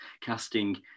casting